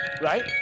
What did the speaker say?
right